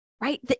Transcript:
Right